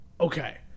okay